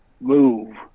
move